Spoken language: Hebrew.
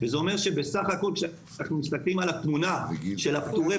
זה אומר שכשאנחנו מסתכלים על התמונה של פטורי